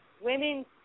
women